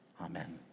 amen